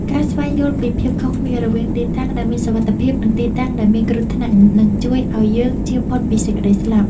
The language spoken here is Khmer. ការស្វែងយល់ពីភាពខុសគ្នារវាងទីតាំងដែលមានសុវត្ថិភាព និងទីតាំងដែលមានគ្រោះថ្នាក់នឹងជួយឱ្យយើងជៀសផុតពីសេចក្តីស្លាប់។